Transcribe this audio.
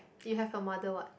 you have your mother what